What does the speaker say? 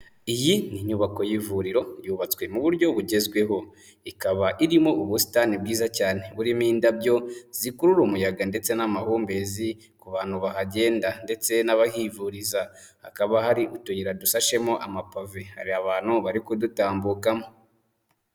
Iyi ni inyubako y'ivuriro yubatswe mu buryo bugezweho, ikaba irimo ubusitani bwiza cyane burimo indabyo zikurura umuyaga ndetse n'amahumbezi ku bantu bahagenda ndetse n'abahivuriza, hakaba hari utuyira dusashemo amabave, hari abantu bari kudutambukamo.